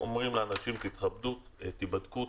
אומרים לאנשים: תתכבדו ותיבדקו,